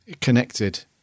connected